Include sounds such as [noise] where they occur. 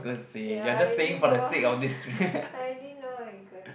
ya I already know [noise] I already know what you gonna